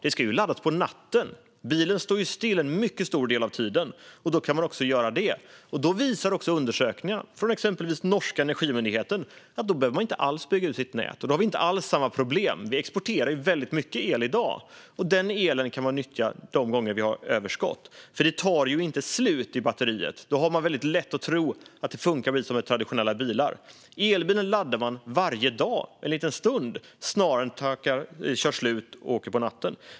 Det ska ju laddas på natten. Bilen står ju still en mycket stor del av tiden, och då kan man ladda den. Undersökningar från exempelvis den norska energimyndigheten visar att då behöver man inte alls bygga ut sitt nät, och då har vi inte alls samma problem. Vi exporterar ju väldigt mycket el i dag. Den elen kan vi nyttja när vi har överskott, för det tar ju inte slut i batteriet. Det är väldigt lätt att tro att det funkar precis som med traditionella bilar. Elbilen ska man ladda en liten stund varje dag snarare än att köra slut på batteriet och åka på natten.